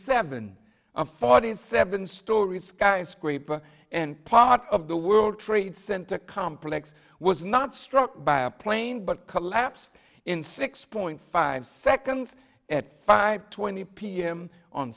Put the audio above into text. seven forty seven story skyscraper and part of the world trade center complex was not struck by a plane but collapsed in six point five seconds at five twenty